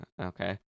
okay